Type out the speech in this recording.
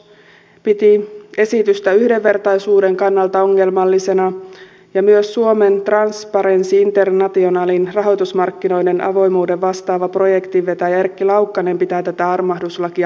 kansalaisjärjestö finnwatch piti esitystä yhdenvertaisuuden kannalta ongelmallisena ja myös suomen transparency internationalin rahoitusmarkkinoiden avoimuudesta vastaavan projektin vetäjä erkki laukkanen pitää tätä armahduslakia ongelmallisena